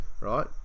Right